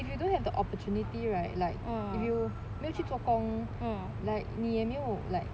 if you don't have the opportunity right like if you know 去 tokong like 你也没有 like